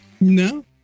No